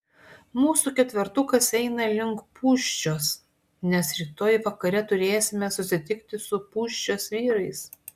mūsų ketvertukas eina link pūščios nes rytoj vakare turėsime susitikti su pūščios vyrais